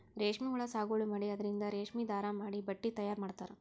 ರೇಶ್ಮಿ ಹುಳಾ ಸಾಗುವಳಿ ಮಾಡಿ ಅದರಿಂದ್ ರೇಶ್ಮಿ ದಾರಾ ಮಾಡಿ ಬಟ್ಟಿ ತಯಾರ್ ಮಾಡ್ತರ್